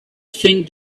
think